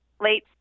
late